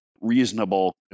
reasonable